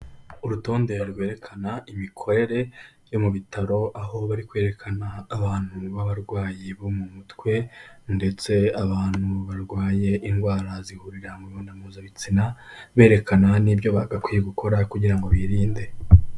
Urutonde rwerekana imikorere yo mu bitaro aho bari kwerekana abantu b'abarwayi bo mu mutwe ndetse abantu barwaye indwara zihurira mu mibonano mpuzabitsina, berekana n'ibyo bagakwiye gukora kugira ngo birinde.